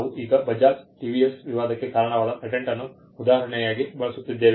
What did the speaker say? ನಾವು ಈಗ ಬಜಾಜ್ TVS ವಿವಾದಕ್ಕೆ ಕಾರಣವಾದ ಪೇಟೆಂಟನ್ನು ಉದಾಹರಣೆಯಾಗಿ ಬಳಸುತ್ತಿದ್ದೇವೆ